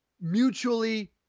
mutually